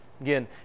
Again